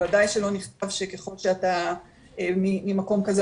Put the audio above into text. בוודאי לא נכתב שככול שאתה ממקום כזה,